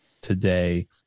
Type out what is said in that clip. today